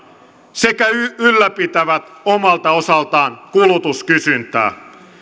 sekä ylläpitävät omalta osaltaan kulutuskysyntää